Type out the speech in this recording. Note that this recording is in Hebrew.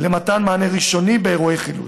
למתן מענה ראשוני באירועי חילוץ.